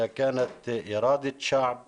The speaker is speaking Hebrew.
היא הייתה רצון העם.